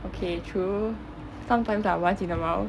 okay true sometimes lah once in a while